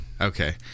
Okay